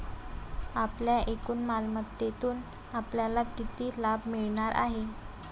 आपल्या एकूण मालमत्तेतून आपल्याला किती लाभ मिळणार आहे?